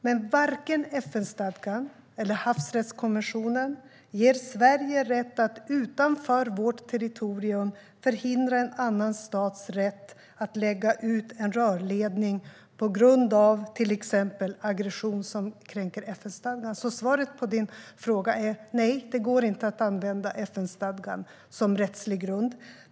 Men varken FN-stadgan eller havsrättskonventionen ger Sverige rätt att utanför vårt territorium förhindra en annan stats rätt att lägga ut en rörledning på grund av till exempel aggression som kränker FN-stadgan. Svaret på din fråga är alltså: Nej, det går inte att använda FN-stadgan som rättslig grund.